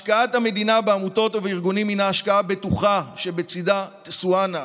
השקעת המדינה בעמותות ובארגונים היא ההשקעה בטוחה שבצידה תשואה נאה.